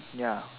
ya